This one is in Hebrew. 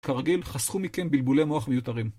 כרגיל, חסכו מכם בלבולי מוח מיותרים.